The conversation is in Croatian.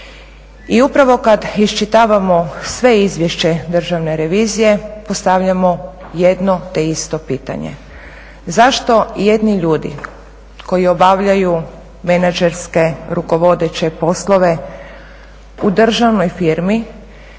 I upravo kad iščitavamo svo izvješće Državne revizije postavljamo jedno te isto pitanje, zašto jedni ljudi koji obavljaju menadžerske rukovodeće poslove u državnoj firmi